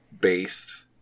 based